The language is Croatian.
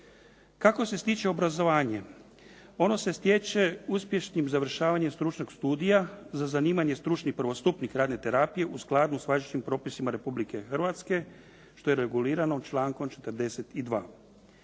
Kako se stiče obrazovanje? Ono se stječe uspješnim završavanjem stručnih studija, za zanimanje stručni prvostupnik radne terapije u skladu sa važećim propisima Republike Hrvatske što je regulirano člankom 42.